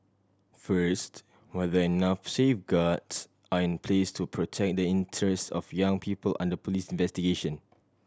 first whether enough safeguards are in place to protect the interests of young people under police investigation